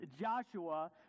Joshua